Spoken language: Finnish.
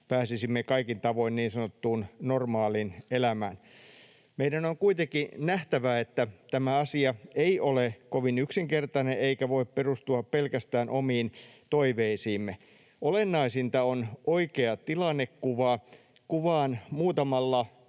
pääsisimme kaikin tavoin niin sanottuun normaaliin elämään. Meidän on kuitenkin nähtävä, että tämä asia ei ole kovin yksinkertainen eikä voi perustua pelkästään omiin toiveisiimme. Olennaisinta on oikea tilannekuva. Kuvaan muutamalla